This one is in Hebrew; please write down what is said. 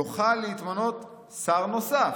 יוכל להתמנות שר נוסף